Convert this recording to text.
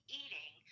eating